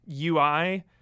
UI